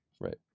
Right